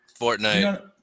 Fortnite